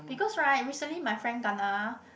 because right recently my friend kena